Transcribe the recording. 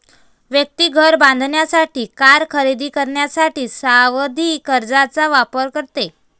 व्यक्ती घर बांधण्यासाठी, कार खरेदी करण्यासाठी सावधि कर्जचा वापर करते